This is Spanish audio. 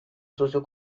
socio